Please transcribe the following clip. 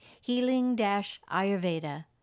Healing-Ayurveda